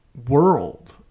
world